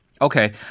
Okay